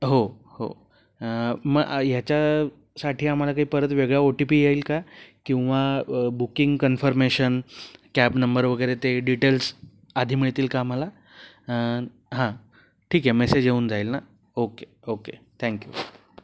हो हो मग ह्याच्यासाठी आम्हाला काही परत वेगळा ओ टी पी येईल का किंवा बुकिंग कन्फर्मेशन कॅब नंबर वगैरे ते डिटेल्स आधी मिळतील का आम्हाला हां ठीक आहे मेसेज येऊन जाईल ना ओके ओके थँक्यू